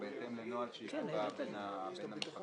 או בהתאם לנוהל שייקבע בין המפקחים.